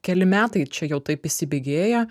keli metai čia jau taip įsibėgėja